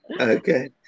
okay